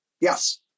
Yes